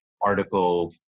Article